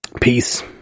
Peace